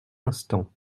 instant